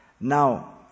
Now